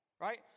right